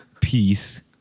Peace